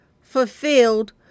fulfilled